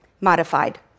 modified